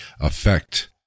affect